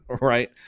right